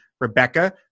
Rebecca